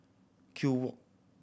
Kew Walk